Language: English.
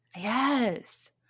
Yes